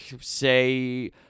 say